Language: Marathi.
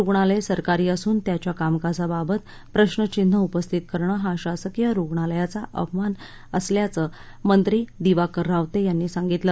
रुग्णालय सरकारी असून त्याच्या कामकाजाबाबत प्रश्रचिन्ह उपस्थित करणं हा शासकीय रुग्णालयाचा अपमान असल्याचं मंत्री दिवाकर रावते यांनी सांगितलं